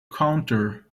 counter